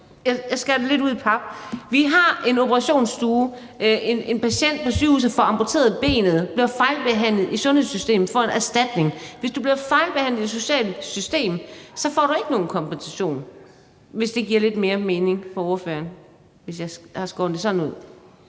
Jeg skærer det lidt ud i pap: Vi har en operationsstue. En patient på sygehuset får amputeret benet, bliver fejlbehandlet i sundhedssystemet, får en erstatning. Men hvis du bliver fejlbehandlet i det sociale system, får du ikke nogen kompensation. Giver det lidt mere mening for ordføreren, når jeg har skåret det sådan ud?